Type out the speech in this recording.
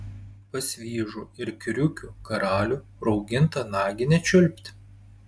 pas vyžų ir kriukių karalių raugintą naginę čiulpt